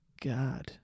God